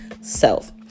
self